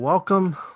Welcome